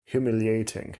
humiliating